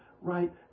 right